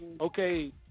okay